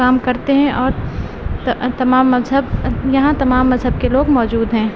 کام کرتے ہیں اور تمام مذہب یہاں تمام مذہب کے لوگ موجود ہیں